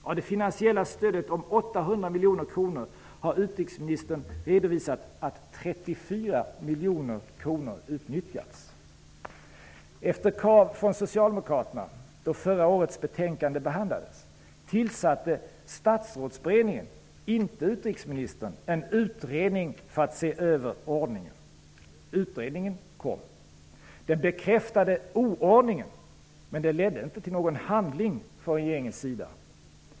Av det finansiella stödet om 800 miljoner kronor har utrikesministern redovisat att Efter krav från Socialdemokraterna då förra årets betänkande behandlades tillsatte statsrådsberedningen, inte utrikesministern, en utredning för att se över ordningen. Utredningen kom. Den bekräftade oordningen, men den ledde inte till någon handling från regeringens sida.